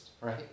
right